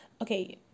Okay